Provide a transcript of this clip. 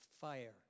fire